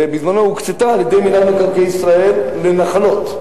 בזמנו הוקצתה על-ידי מינהל מקרקעי ישראל לנחלות,